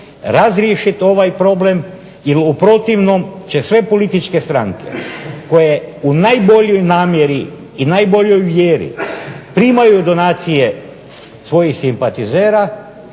razriješiti ovaj problem, jer u protivnom će sve političke stranke koje u najboljoj namjeri i najboljoj vjeri primaju donacije svojih simpatizera,